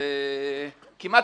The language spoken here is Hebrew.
הוא כמעט